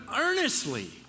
earnestly